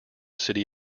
city